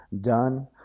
done